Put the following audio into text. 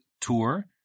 tour